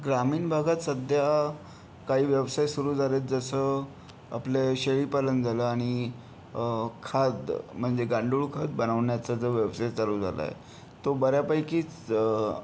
ग्रामीण भागात सध्या काही व्यवसाय सुरु झाले आहेत जसं आपले शेळीपालन झालं आणि खाद म्हणजे गांडूळ खत बनवण्याचा जो व्यवसाय चालू झाला आहे तो बऱ्यापैकीच